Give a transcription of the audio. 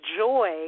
joy